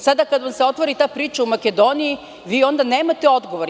Sada kada vam se otvori ta priča u Makedoniji, vi nemate odgovor tu.